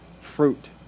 fruit